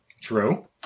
True